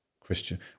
Christian